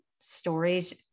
stories